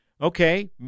okay